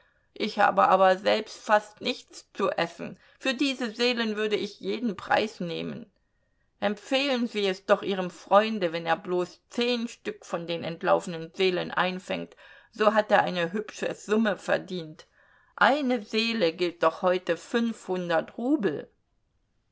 ich habe aber selbst fast nichts zu essen für diese seelen würde ich jeden preis nehmen empfehlen sie es doch ihrem freunde wenn er bloß zehn stück von den entlaufenen seelen einfängt so hat er eine hübsche summe verdient eine seele gilt doch heute fünfhundert rubel